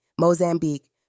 Mozambique